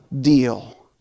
deal